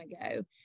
ago